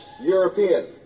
European